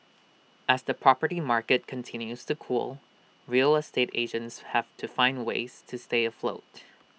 as the property market continues to cool real estate agents have to find ways to stay afloat